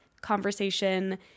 conversation